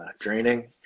draining